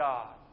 God